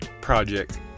Project